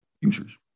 users